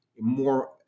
more